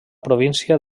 província